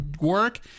work